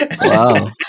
Wow